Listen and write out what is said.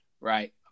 Right